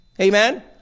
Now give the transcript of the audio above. Amen